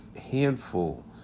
handful